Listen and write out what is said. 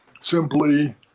simply